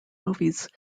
movies